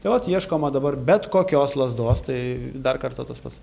tai vat ieškoma dabar bet kokios lazdos tai dar kartą tas pats